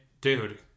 dude